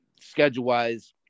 schedule-wise